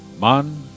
Man